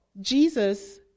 Jesus